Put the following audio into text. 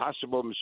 possible